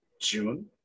June